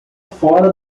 fora